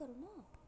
बंद करो नां